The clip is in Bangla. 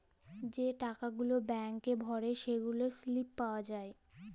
যে টাকা গুলা ব্যাংকে ভ্যইরে সেগলার সিলিপ পাউয়া যায়